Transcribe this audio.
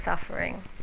suffering